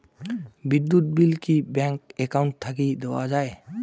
বিদ্যুৎ বিল কি bank account থাকি দেওয়া য়ায়?